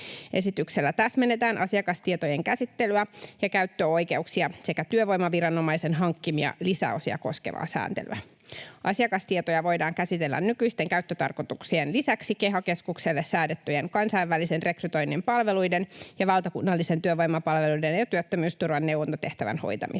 Esityksellä täsmennetään asiakastietojen käsittelyä ja käyttöoikeuksia sekä työvoimaviranomaisen hankkimia lisäosia koskevaa sääntelyä. Asiakastietoja voidaan käsitellä nykyisten käyttötarkoituksien lisäksi KEHA-keskukselle säädettyjen kansainvälisen rekrytoinnin palveluiden ja valtakunnallisen työvoimapalveluiden ja työttömyysturvan neuvontatehtävän hoitamiseen.